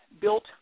built